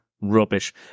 rubbish